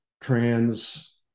trans